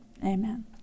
Amen